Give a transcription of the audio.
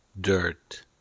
dirt